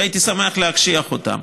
שהייתי שמח להקשיח אותם,